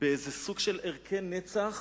באיזה סוג של ערכי נצח